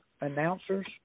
announcers